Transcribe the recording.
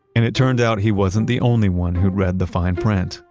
and it turned out he wasn't the only one who'd read the fine print,